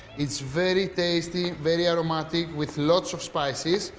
it is very tasty, very aromatic, with lots of spices.